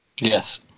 Yes